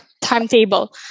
timetable